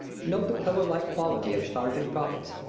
note the pillar-like quality of sargent's prophets,